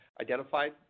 identified